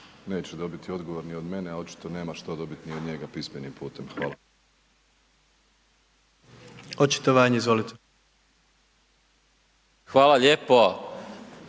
neće dobiti odgovor ni od mene, očito nema što dobiti ni od njega pismenim putem. Hvala. **Jandroković, Gordan